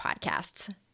podcasts